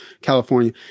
California